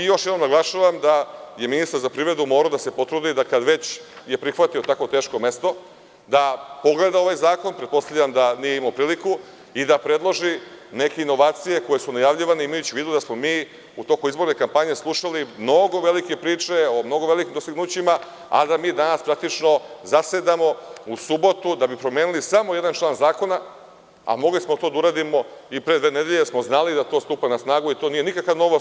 Još jednom naglašavam da je ministar za privredu morao da se potrudi, kad je već prihvatio tako teško mesto, da pogleda ovaj zakon, pretpostavljam da nije imao priliku, i da predloži neke inovacije koje su najavljivane, imajući u vidu da smo mi u toku izborne kampanje slušali mnogo velike priče o mnogo velikim dostignućima, a da danas praktično zasedamo u subotu da bi promenili samo jedan član zakona, a mogli smo to da uradimo i pre dve nedelje jer smo znali da to stupa na snagu i to nije nikakva novost.